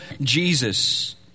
Jesus